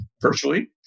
virtually